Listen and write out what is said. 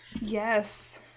Yes